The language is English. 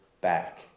back